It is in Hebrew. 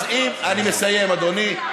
אני מסיים, אדוני.